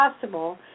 possible